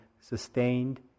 sustained